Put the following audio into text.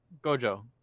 Gojo